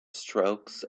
strokes